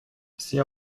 c’est